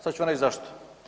Sad ću vam reći zašto.